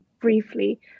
briefly